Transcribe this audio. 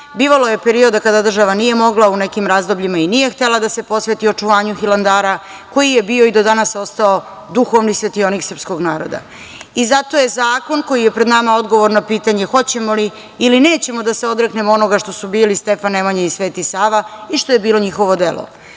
bivalo je perioda kada država nije mogla u nekim razdobljima i nije htela da se posveti očuvanju Hilandara koji je bio i do danas ostao duhovni svetionik srpskog naroda.I zato je zakon koji je pred nama, odgovor na pitanje hoćemo li ili nećemo da se odreknemo onoga što su bili Stefan Nemanja i Sveti Sava i što je bilo njihovo delo. Mi